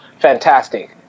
fantastic